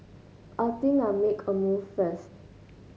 I think I'll make a move first